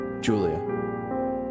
Julia